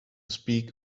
speak